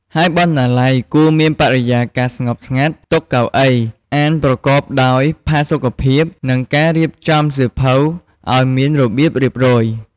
ហើយបណ្ណាល័យគួរមានបរិយាកាសស្ងប់ស្ងាត់ តុ កៅអី អានប្រកបដោយផាសុកភាព និងការរៀបចំសៀវភៅឲ្យមានរបៀបរៀបរយ។